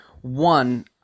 One